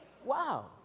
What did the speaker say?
Wow